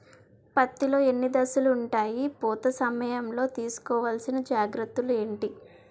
పత్తి లో ఎన్ని దశలు ఉంటాయి? పూత సమయం లో తీసుకోవల్సిన జాగ్రత్తలు ఏంటి?